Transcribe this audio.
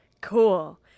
Cool